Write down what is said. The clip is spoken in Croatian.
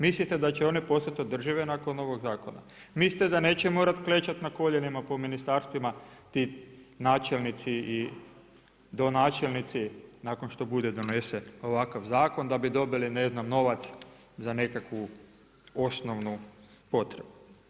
Mislite da će one postati održive nakon ovog zakona, mislite da neće morati klečati na koljenima po ministarstvima ti načelnici i donačelnici nakon što bude donesen ovakav zakon da bi dobili novac za nekakvu osnovnu potrebu?